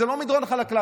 לא מדרון חלקלק,